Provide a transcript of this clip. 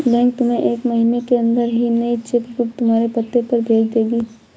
bank तुम्हें एक महीने के अंदर ही नई चेक बुक तुम्हारे पते पर भेज देगी